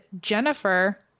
Jennifer